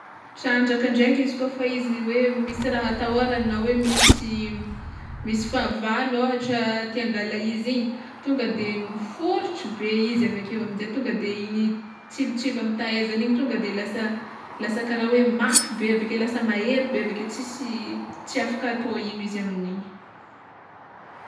Trandraka ndraiky izy kôfa izy hoe misy raha atahorany na hoe misy misy fahavalo ôhatra te hangala izy igny tonga de miforitry be izy, aveke amizay tonga de igny tsilotsilo amy tahezany igny tonga de lasa lasa kara hoe mafy be aveke lasa mahery be aveke tsisy tsy afaka atao ino izy amin'igny.